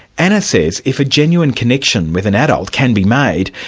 anna says if a genuine connection with an adult can be made,